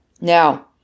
Now